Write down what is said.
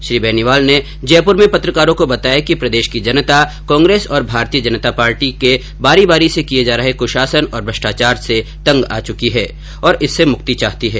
श्री बेनीवाल ने जयपुर में पत्रकारों को बताया कि प्रदेश की जनता कांग्रेस और भारतीय जनता पार्टी के बारी बारी से किए जा रहे कुशासन और भ्रष्टाचार से तंग आ चुकी है और इससे मुक्ति चाहती है